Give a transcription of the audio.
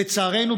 לצערנו,